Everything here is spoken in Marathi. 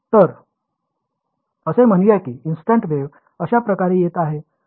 तर असे म्हणूया की इंसीडन्ट वेव्ह अशा प्रकारे येत आहे